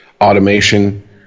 automation